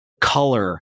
color